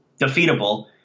defeatable